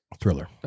Thriller